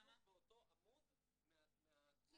בדיוק באותו עמוד מהתגובה של המשרד --- למה?